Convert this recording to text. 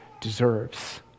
deserves